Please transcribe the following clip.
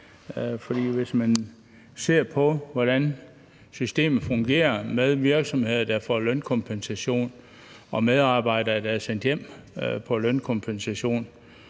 hvis man ser på, hvordan systemet fungerer med virksomheder, der får lønkompensation, og medarbejdere, der er sendt hjem på lønkompensation,